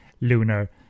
Lunar